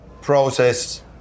process